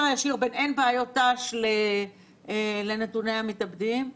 הישיר בין אין בעיות ת"ש לנתוני המתאבדים,